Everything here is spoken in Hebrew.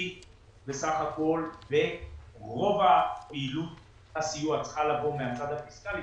בסך הכול ורוב פעילות הסיוע צריכה לבוא מהפיסקלית,